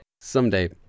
someday